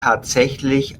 tatsächlich